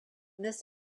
this